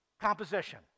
composition